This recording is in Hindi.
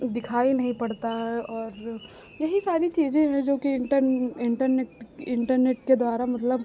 दिखाई नहीं पड़ता है और यही सारी चीज़ें हैं जोकि इन्टर इन्टरनेट इन्टरनेट के द्वारा मतलब